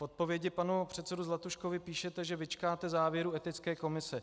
V odpovědi panu předsedovi Zlatuškovi píšete, že vyčkáte závěrů etické komise.